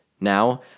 Now